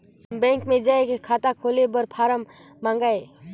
Bank मे जाय के खाता खोले बर फारम मंगाय?